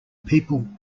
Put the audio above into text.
people